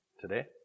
today